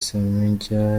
ssempijja